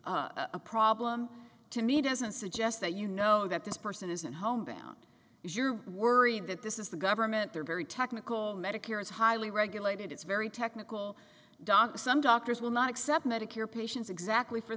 a problem to me doesn't suggest that you know that this person isn't homebound if you're worried that this is the government they're very technical medicare is highly regulated it's very technical doc some doctors will not accept medicare patients exactly for